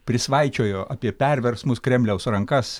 prisvaičiojo apie perversmus kremliaus rankas